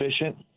efficient